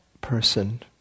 person